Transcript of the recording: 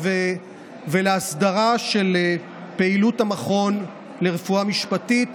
ולהסדרה של פעילות המכון לרפואה משפטית